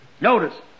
Notice